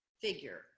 figure